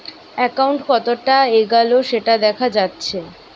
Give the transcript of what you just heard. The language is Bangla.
একাউন্ট কতোটা এগাল সেটা দেখা যাচ্ছে